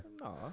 No